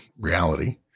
reality